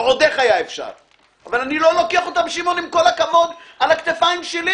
ועוד איך, אבל אני לא לוקח אותה על הכתפיים שלי.